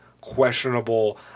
questionable